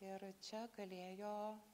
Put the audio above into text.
ir čia galėjo